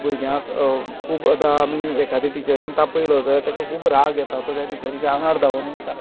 भुरग्यांक खूब आता आमी एका टिचरीन तापयलो जाल्यार ताका खूब राग येता आनी तो त्या टिचरीच्या आंगार धावोन वयता